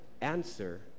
answer